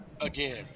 again